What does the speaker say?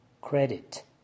Credit